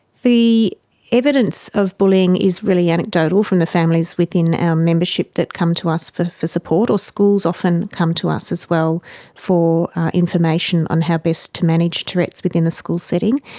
the evidence of bullying is really anecdotal from the families within our membership that come to us for for support, or schools often come to us as well for information on how best to manage tourette's within a school setting.